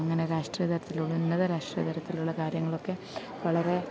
അങ്ങനെ രാഷ്ട്രീയ തരത്തിലുള്ള ഉന്നത രാഷ്ട്രീയ തരത്തിലുള്ള കാര്യങ്ങളൊക്കെ വളരെ